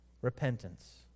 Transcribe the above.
Repentance